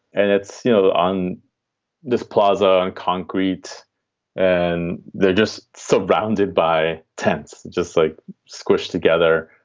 and it's you know on this plaza and concrete and they're just surrounded by tents, just like squished together.